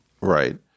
Right